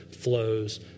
flows